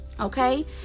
Okay